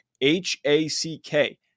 H-A-C-K